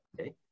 Okay